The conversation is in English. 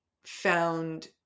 found